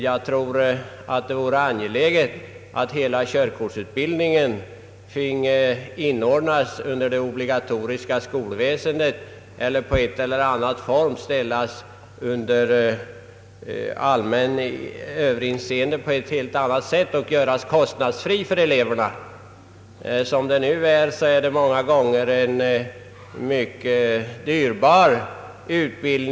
Jag tror att det vore angeläget att hela körkortsutbildningen finge inordnas under det obligatoriska skolväsendet eller i en eller annan form ställas under allmänt överinseende och göras kostnadsfri för eleverna. Som det nu är blir utbildningen många gånger mycket dyrbar.